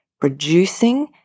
producing